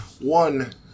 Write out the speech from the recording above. One